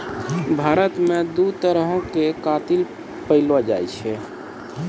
भारत मे दु तरहो के कातिल पैएलो जाय छै